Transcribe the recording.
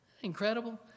Incredible